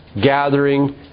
gathering